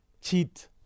cheat